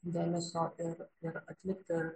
dėmesio ir ir atlikti